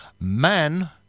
man